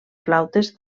flautes